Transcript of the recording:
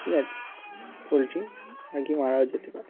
ঠিক আছে পোলট্রি নাকি মারাও যেতে পারে